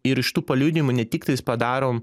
ir iš tų paliudijimų ne tiktais padarom